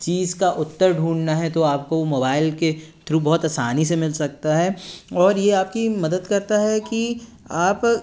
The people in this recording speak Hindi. चीज़ का उत्तर ढूँढना है तो आपको मोबाईल के थ्रू बहुत आसानी से मिल सकता है और यह आपकी मदद करता है कि आप